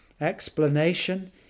explanation